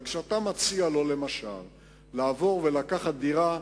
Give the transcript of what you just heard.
וכשאתה מציע להם למשל לעבור ולקחת דירה,